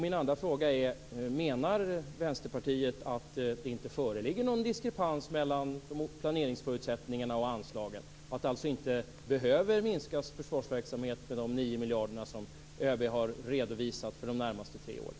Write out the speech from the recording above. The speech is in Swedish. Min andra fråga gäller om Vänsterpartiet menar att det inte föreligger någon diskrepans mellan planeringsförutsättningarna och anslagen och att försvarsverksamheten alltså inte behöver minskas med de 9 miljarder som ÖB har redovisat för de närmaste tre åren.